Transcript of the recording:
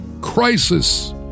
crisis